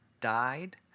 died